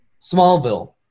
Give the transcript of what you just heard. Smallville